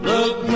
Look